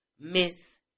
Miss